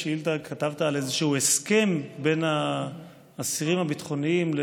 בשאילתה כתבת על איזשהו הסכם עם האסירים הביטחוניים.